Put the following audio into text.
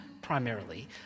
primarily